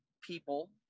people